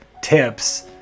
tips